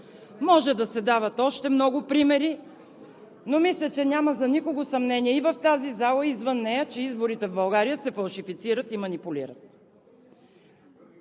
Може да се дават още много примери, но мисля, че няма за никого съмнение – и в тази зала, и извън нея, че изборите в България се фалшифицират и манипулират.